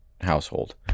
household